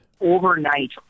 Overnight